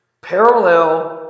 Parallel